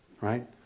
right